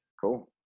cool